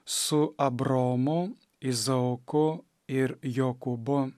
su abraomu izaoku ir jokūbu